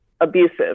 abusive